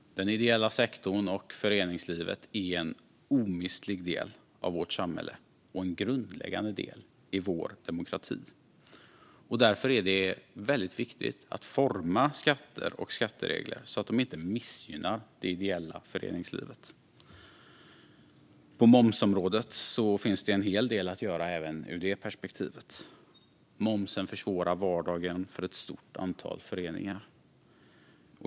Den ideella sektorn och föreningslivet är en omistlig del av vårt samhälle och en grundläggande del i vår demokrati. Därför är det viktigt att forma skatter och skatteregler så att de inte missgynnar det ideella föreningslivet. På momsområdet finns det en hel del att göra även ur det perspektivet. Momsen försvårar vardagen för ett stort antal föreningar.